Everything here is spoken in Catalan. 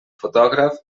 fotògraf